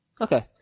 Okay